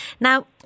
Now